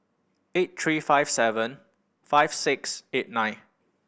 eight three five seven five six eight nine